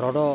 ᱨᱚᱰᱚᱜ